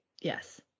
yes